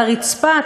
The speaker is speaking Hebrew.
על הרצפה,